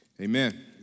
Amen